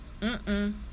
mm-mm